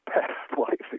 past-life